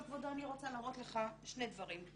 כבודו, אני רוצה להראות לך שני דברים.